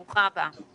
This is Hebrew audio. ברוכה הבאה.